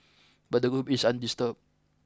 but the group is undisturbed